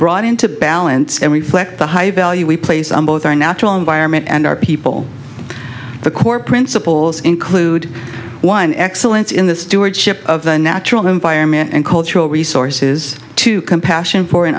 brought into balance and reflect the high value we place on both our natural environment and our people the core principles include one excellence in the stewardship of the natural environment and cultural resources to compassion for an